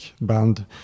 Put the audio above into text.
band